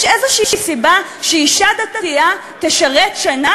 יש איזו סיבה שאישה דתייה תשרת שנה